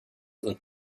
und